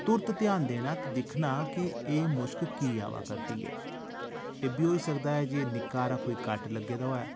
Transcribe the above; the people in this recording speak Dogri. तुर्त ध्यान ते एह् दिक्खना कि एह् मुश्क की आवै करदी ऐ इब्बी होई सकदा जे निक्का हारा कोई कट लग्गे दा होऐ